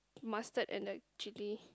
mustard and the chili